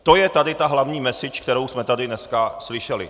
To je tady ta hlavní message, kterou jsme tady dneska slyšeli.